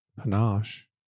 panache